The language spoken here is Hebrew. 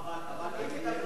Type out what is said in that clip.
אבל אם מלמדים על,